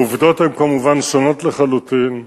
העובדות הן כמובן שונות לחלוטין,